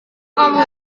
kamu